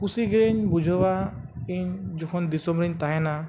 ᱠᱩᱥᱤᱜᱮᱧ ᱵᱩᱡᱷᱟᱹᱣᱟ ᱤᱧ ᱡᱚᱠᱷᱚᱱ ᱫᱤᱥᱚᱢᱨᱮᱧ ᱛᱟᱦᱮᱱᱟ